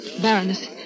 Baroness